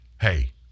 hey